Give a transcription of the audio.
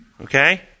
Okay